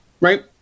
right